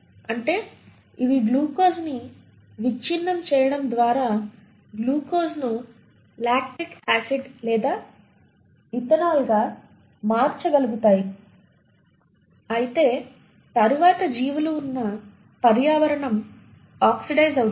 అంటే ఇవి గ్లూకోజ్ను విచ్ఛిన్నం చేయడం ద్వారా గ్లూకోజ్ను లాక్టిక్ యాసిడ్ లేదా ఇథనాల్గా మార్చగలుగుతాయి అయితే తరువాత జీవులు ఉన్న పర్యావరణం ఆక్సిడైజ్ అవుతుంది